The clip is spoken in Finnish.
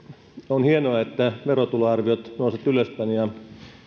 on hienoa että verotuloarviot nousevat ylöspäin ja